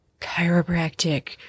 chiropractic